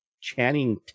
Channing